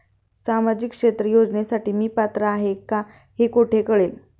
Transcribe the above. सामाजिक क्षेत्र योजनेसाठी मी पात्र आहे का हे कुठे कळेल?